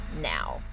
now